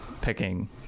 picking